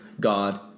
God